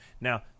Now